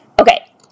Okay